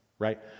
right